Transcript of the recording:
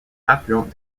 affluent